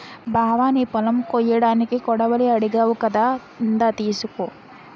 బావా నీ పొలం కొయ్యడానికి కొడవలి అడిగావ్ కదా ఇందా తీసుకో